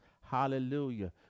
Hallelujah